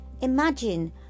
Imagine